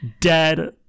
dead